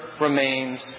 remains